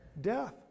death